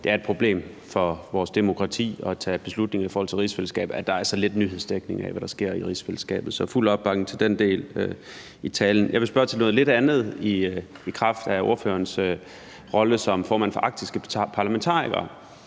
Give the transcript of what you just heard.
det er et problem for vores demokrati at tage beslutninger i forhold til rigsfællesskabet, at der er så lidt nyhedsdækning af, hvad der sker i rigsfællesskabet, så fuld opbakning til den del i talen. Jeg vil spørge til noget lidt andet i kraft af ordførerens rolle som formand for Arktiske Parlamentarikere,